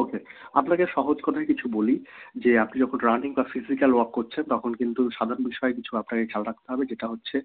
ওকে আপনাকে সহজ কথাই কিছু বলি যে আপনি যখন রানিং বা ফিজিক্যাল ওয়ার্ক করছেন তখন কিন্তু সাধারণ বিষয় কিছু আপনাকে খেয়াল রাখতে হবে যেটা হচ্ছে